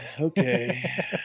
okay